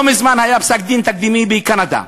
לא מזמן היה פסק-דין תקדימי בקנדה.